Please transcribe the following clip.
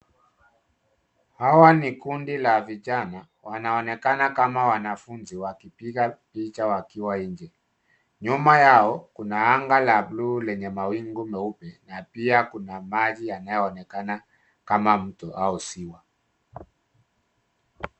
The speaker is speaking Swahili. Hawa ni kundi la vijana, wanaonekana kama wanafunzi wakipiga picha wakiwa inje. Nyuma yao kuna anga la blue lenye mawingu meupe na pia kuna maji yanayoonekana kama mto au ziwa.